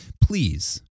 please